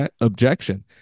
objection